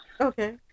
Okay